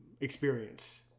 experience